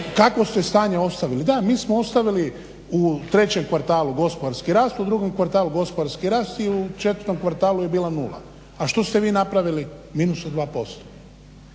kakvo ste stanje ostavili. Da mi smo ostavili u trećem kvartalu gospodarski rast, u drugom kvartalu gospodarski rast i u četvrtom kvartalu je bila nula. A što ste vi napravili, u minusu 2%.